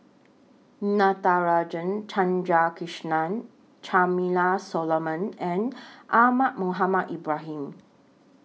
Natarajan Chandrasekaran Charmaine Solomon and Ahmad Mohamed Ibrahim